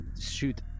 shoot